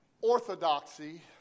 orthodoxy